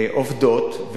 עובדות,